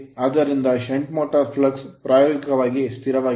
ಆದ್ದರಿಂದ shunt motor shunt motor flux flux ಪ್ರಾಯೋಗಿಕವಾಗಿ ಸ್ಥಿರವಾಗಿದೆ